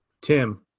tim